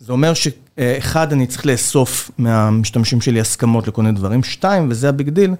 זה אומר שאחד אני צריך לאסוף מהמשתמשים שלי הסכמות לכל מיני דברים שתיים וזה הביג־דיל